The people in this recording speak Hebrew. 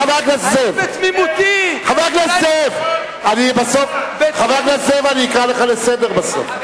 חבר הכנסת זאב, אני אקרא אותך לסדר בסוף.